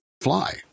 fly